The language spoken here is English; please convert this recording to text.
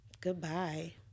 Goodbye